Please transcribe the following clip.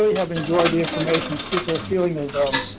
have enjoyed the information. it gives a feeling of